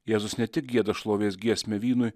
jėzus ne tik gieda šlovės giesmę vynui